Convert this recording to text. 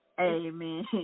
Amen